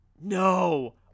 no